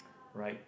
right